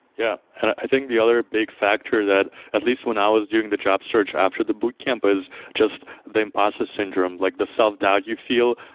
yeah, i think the other big factor that at least when i was doing the job search after the boot camp is just the imposter syndrome, like the self-doubt you feel.